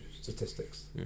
statistics